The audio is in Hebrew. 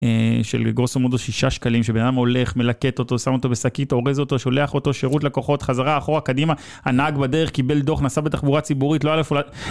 האאא של גוסו מודו זה שישה שקלים, שבנאדם הולך, מלקט אותו, שם אותו בשקית, אורז אותו, שולח אותו, שירות לקוחות, חזרה אחורה, קדימה, הנהג בדרך, קיבל דו"ח, נסע בתחבורה ציבורית, לא היה לו לאיפה